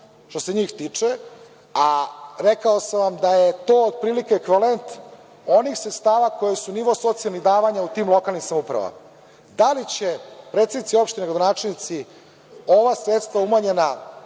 što se njih tiče, a rekao sam vam da je to otprilike ekvalent onih sredstava koje su nivo socijalnih davanja u tim lokalnim samoupravama. Da li će predsednici opština, gradonačelnici, ova sredstva umanjena